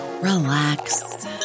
relax